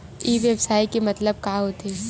ई व्यवसाय के मतलब का होथे?